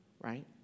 Right